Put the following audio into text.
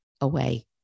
away